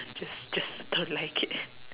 just just don't like it